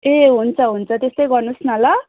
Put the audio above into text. ए हुन्छ हुन्छ त्यस्तै गर्नुहोस् न ल